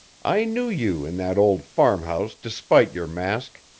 i knew you in that old farmhouse despite your mask.